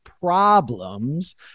problems